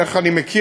איך אני מכיר?